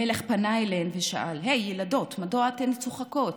המלך פנה אליהן ושאל: הי, ילדות, מדוע אתן צוחקות?